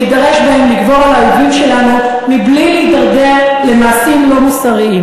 לגבור על האויבים שלנו מבלי להידרדר למעשים לא מוסריים.